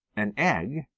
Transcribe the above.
an egg,